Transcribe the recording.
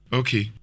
okay